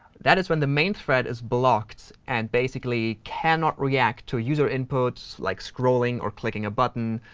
that is when the main thread is blocked and basically cannot react to user inputs, like scrolling or clicking a button.